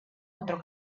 otro